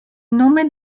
nome